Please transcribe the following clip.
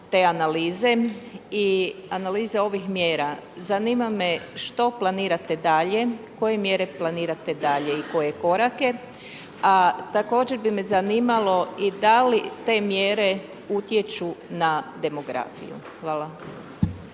te analize i analize ovih mjera, zanima me što planirate dalje, koje mjere planirate dalje i koje korake, a također bi me zanimalo i da li te mjere utječu na demografiju? Hvala.